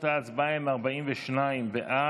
תוצאות ההצבעה הן 42 בעד,